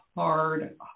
hard